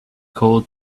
called